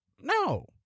No